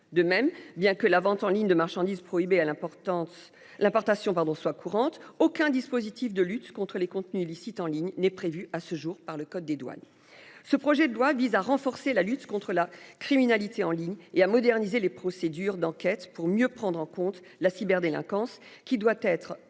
De même, bien que la vente en ligne de marchandises prohibées à l'importance l'importation pardon soit courante aucun dispositif de lutte contre les contenus illicites en ligne n'est prévu à ce jour par le code des douanes. Ce projet de loi vise à renforcer la lutte contre la criminalité en ligne et à moderniser les procédures d'enquête pour mieux prendre en compte la cyberdélinquance qui doit être